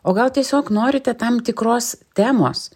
o gal tiesiog norite tam tikros temos